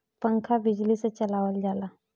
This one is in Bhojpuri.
पंखा बिजली से चलावल जाला